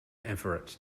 everett